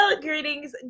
Greetings